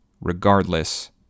regardless